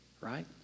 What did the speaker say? right